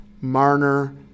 Marner